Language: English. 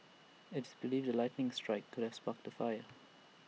it's believed A lightning strike could have sparked the fire